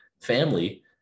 family